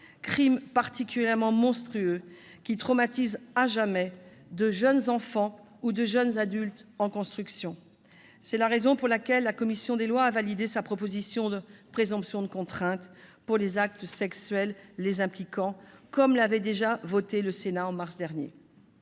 crimes particulièrement monstrueux qui traumatisent à jamais de jeunes enfants ou de jeunes adultes en construction. C'est la raison pour laquelle la commission des lois a validé sa proposition de « présomption de contrainte » pour les actes sexuels les impliquant, déjà votée par le Sénat en mars dernier.